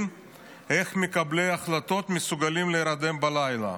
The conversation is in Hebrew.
איך מקבלי ההחלטות מסוגלים להירדם בלילה.